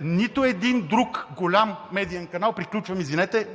Нито един друг голям медиен канал… Приключвам, извинете.